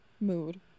Mood